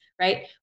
Right